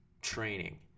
training